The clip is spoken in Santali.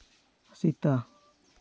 ᱥᱮᱛᱟ